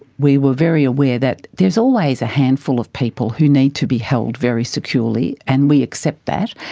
we were very aware that there is always a handful of people who need to be held very securely and we accept that,